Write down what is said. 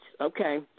Okay